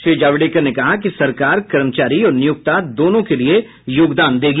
श्री जावड़ेकर ने कहा कि सरकार कर्मचारी और नियोक्ता दोनों के लिए योगदान देगी